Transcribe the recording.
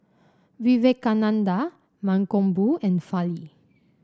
Vivekananda Mankombu and Fali